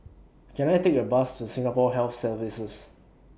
Can I Take A Bus to Singapore Health Services